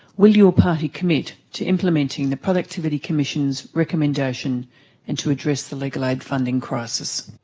will your party commit to implementing the productivity commission's recommendation and to address the legal aid funding crisis?